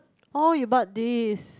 oh you bought this